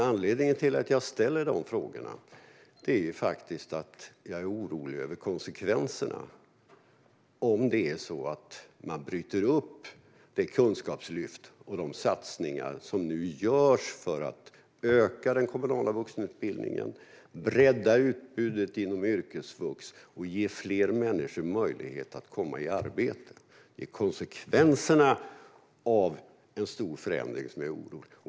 Anledningen till att jag ställer dessa frågor är att jag är orolig över konsekvenserna när det gäller den stora förändring som nu är genomförd, om man bryter upp det kunskapslyft och de satsningar som nu görs för att öka den kommunala vuxenutbildningen, för att bredda utbudet inom yrkesvux och för att ge fler möjlighet att komma i arbete.